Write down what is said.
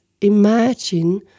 Imagine